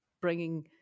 bringing